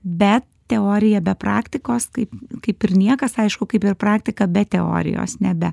bet teorija be praktikos kaip kaip ir niekas aišku kaip ir praktika be teorijos nebe